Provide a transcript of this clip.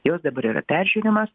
jos dabar yra peržiūrimas